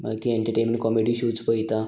मागीर entertainment comedy shows पयता